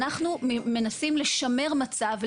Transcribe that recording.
אנחנו מנסים לשמר מצב,